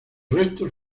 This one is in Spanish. restos